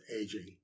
aging